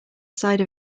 side